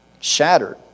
Shattered